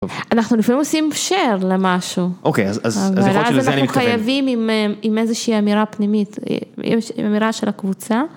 אנחנו לפעמים עושים שייר למשהו. אוקיי, אז יכול להיות שלזה אני מתכוון. ואז אנחנו חייבים עם איזושהי אמירה פנימית, אמירה של הקבוצה.